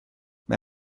mae